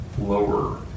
lower